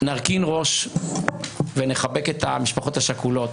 נרכין ראש ונחבק את המשפחות השכולות.